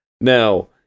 now